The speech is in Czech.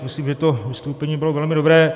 Myslím, že to vystoupení bylo velmi dobré.